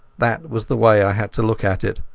that was the way i had to look at it.